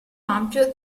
ampio